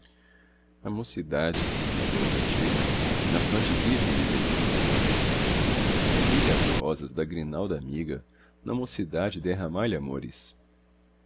a mocidade como a deusa antiga na fronte virgem lhe derrama flores abri lhe as rosas da grinalda amiga na mocidade derramai lhe amores